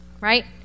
right